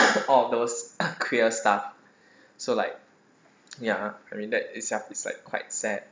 all of those are clear stuff so like ya I mean that itself is like quite sad